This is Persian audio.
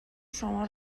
شما